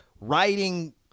writing